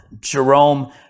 Jerome